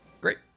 Great